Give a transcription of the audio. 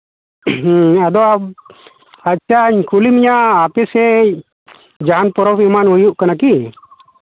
ᱦᱮᱸ ᱟᱫᱚ ᱟᱪᱪᱷᱟᱧ ᱠᱩᱞᱤ ᱢᱮᱭᱟ ᱟᱯᱮ ᱥᱮᱫ ᱡᱟᱦᱟᱱ ᱯᱚᱨᱚᱵᱽ ᱮᱢᱟᱱ ᱦᱩᱭᱩᱜ ᱠᱟᱱᱟ ᱠᱤ